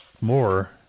more